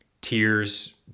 tears